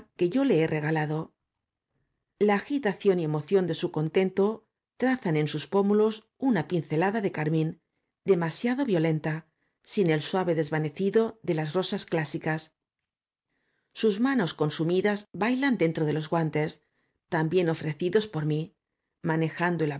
que yo la he regalado la agitación y emoción de su contento trazan en sus pómulos una pincelada de carmín demasiado violenta sin el suave desvanecido de las rosas clásicas sus manos consumidas bailan dentro de los guantes también ofrecidos por mí manejando